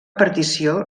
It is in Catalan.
partició